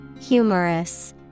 Humorous